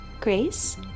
Grace